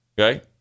okay